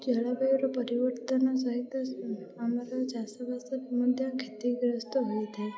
ଜଳବାୟୁର ପରିବର୍ତ୍ତନ ସହିତ ଆମର ଚାଷବାସ ମଧ୍ୟ କ୍ଷତିଗ୍ରସ୍ତ ହୋଇଥାଏ